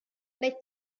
les